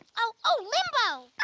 oh oh limbo!